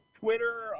Twitter